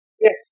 Yes